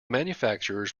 manufacturers